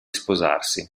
sposarsi